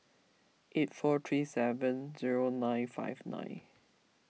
eight four three seven zero nine five nine